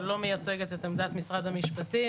אבל לא מייצגת את עמדת משרד המשפטים,